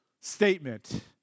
statement